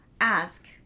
ask